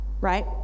right